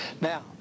Now